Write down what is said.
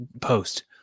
post